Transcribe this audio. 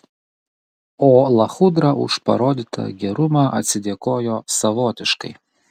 o lachudra už parodytą gerumą atsidėkojo savotiškai